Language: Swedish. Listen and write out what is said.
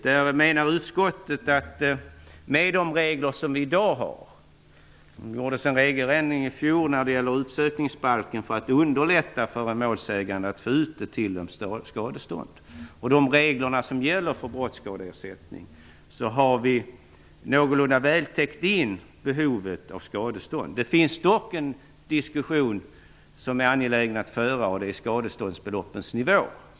Det gjordes en regeländring i fjol i utsökningsbalken för att underlätta för en målsägande att få ut skadestånd. Utskottet menar att med de regler för brottsskadeersättning som vi har i dag har vi någorlunda väl täckt in behovet av skadestånd. Det finns dock en diskussion som är angelägen att föra och den gäller skadeståndsbeloppens nivå.